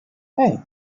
hey